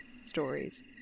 stories